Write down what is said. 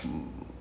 mm